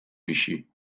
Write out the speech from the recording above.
wisi